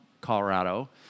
Colorado